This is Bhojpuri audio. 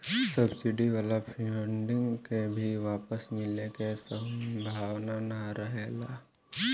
सब्सिडी वाला फंडिंग के भी वापस मिले के सम्भावना ना रहेला